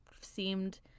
seemed